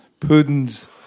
Putin's